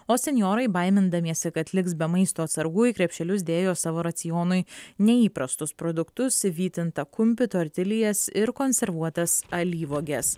o senjorai baimindamiesi kad liks be maisto atsargų į krepšelius dėjo savo racionui neįprastus produktus vytintą kumpį tortiljas ir konservuotas alyvuoges